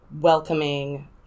welcoming